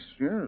yes